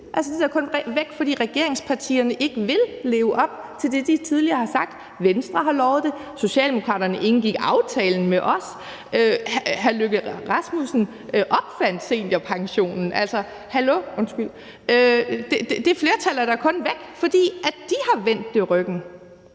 Altså, det er da kun væk, fordi regeringspartierne ikke vil leve op til det, de tidligere har sagt. Venstre har lovet det. Socialdemokraterne indgik aftale med os. Hr. Lars Løkke Rasmussen opfandt seniorpensionen. Altså, hallo – undskyld – det flertal er da kun væk, fordi de har vendt det ryggen.